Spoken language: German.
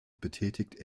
betätigt